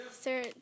Sir